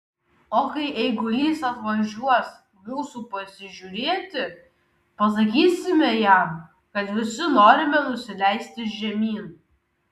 o kai eigulys atvažiuos mūsų pasižiūrėti pasakysime jam kad visi norime nusileisti žemyn